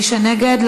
מי שנגד,